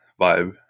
vibe